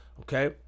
okay